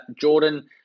Jordan